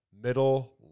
middle